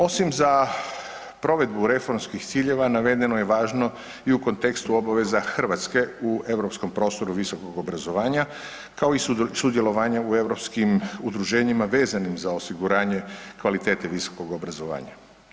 Osim za provedbu reformskih ciljeva, navedeno je važno i u kontekstu obaveza Hrvatske u europskom prostoru visokog obrazovanja kao i sudjelovanja u europskim udruženjima vezanima za osiguranje kvalitete visokog obrazovanja.